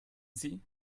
sie